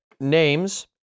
names